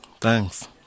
Thanks